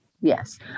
Yes